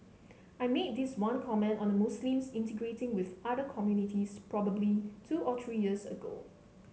I made this one comment on the Muslims integrating with other communities probably two or three years ago